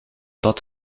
dat